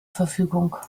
verfügung